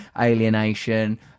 alienation